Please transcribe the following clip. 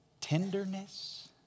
tenderness